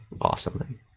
awesome